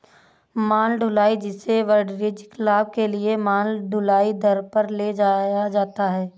माल ढुलाई, जिसे वाणिज्यिक लाभ के लिए माल ढुलाई दर पर ले जाया जाता है